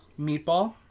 Meatball